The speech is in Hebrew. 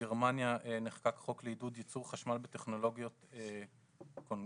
בגרמניה נחקק חוק לעידוד ייצור חשמל בטכנולוגיות קונגרציה,